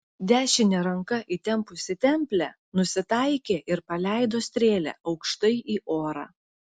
dešine ranka įtempusi templę nusitaikė ir paleido strėlę aukštai į orą